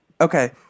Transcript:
Okay